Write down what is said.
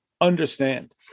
understand